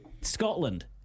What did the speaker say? Scotland